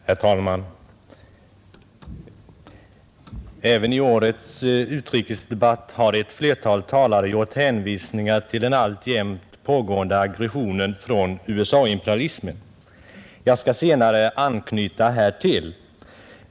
Herr talman! Även i årets utrikesdebatt har ett flertal talare gjort hänvisningar till den alltjämt pågående aggressionen från USA-imperialismen. Jag skall senare anknyta härtill.